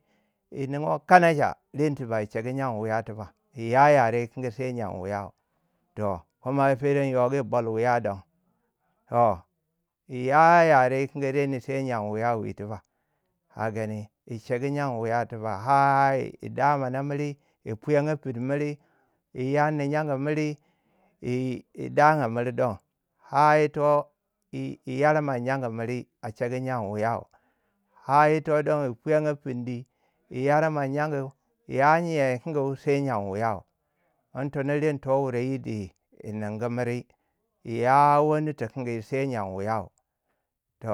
yi nuguwai kanacha, reni tibak yi sheku nyan wuya tibak. yiya yare kangu sai nyan wuya. toh kuma pere nyogwi bol wuya don. toh iya yare wukange reni sai nya wuya wi tibak, ka gani, yi shegu nyan wuya tibak, har yi da'anga miri, yi puyanga finu miri, yi yarnu nyangu miri yi, yi- yi da anga miri don. har yito yi yaranga nyagu miri a shegu nyan wuya. har yito don yi puyongo pundi. yi yara man nyangu, ya nyen dikingi sai nyen wuyau. don yito ren to wuri yir di yi ningu miri yi ya wani dikingi sai nyen wuyau toh.